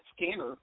scanner